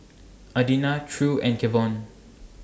Adina True and Kevon